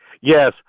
Yes